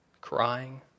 crying